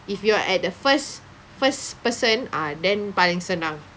if you are at the first first person ah then paling senang